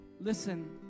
Listen